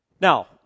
Now